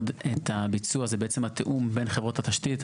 את הביצוע הוא בעצם התיאום בין חברות התשתית.